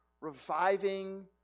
reviving